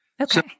Okay